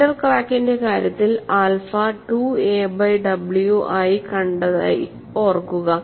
centre ക്രാക്കിന്റെ കാര്യത്തിൽ alpha 2a by w ആയി കണ്ടതായി ഓർക്കുക